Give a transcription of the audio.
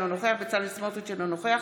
אינו נוכח